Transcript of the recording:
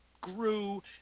grew